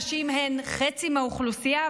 הנשים הן חצי מהאוכלוסייה,